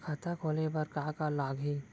खाता खोले बार का का लागही?